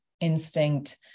instinct